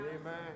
Amen